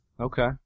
Okay